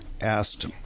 asked